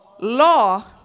law